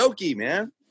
man